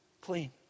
clean